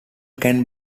can